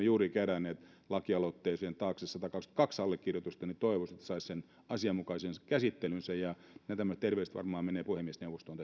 juuri keränneet lakialoitteen taakse satakaksikymmentäkaksi allekirjoitusta niin että toivoisin että se saisi asianmukaisen käsittelyn nämä terveiset varmaan menevät puhemiesneuvostoon